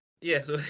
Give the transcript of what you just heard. yes